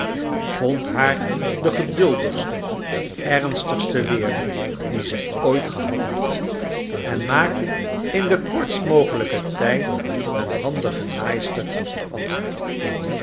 vond haar de geduldigste ernstigste leerling die zij ooit gehad had en maakte in den kortst mogelijken tijd een handige naaister van haar